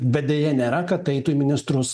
bet deja nėra kad eitų į ministrus